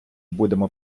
будемо